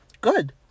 good